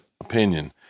opinion